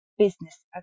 business